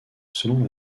selon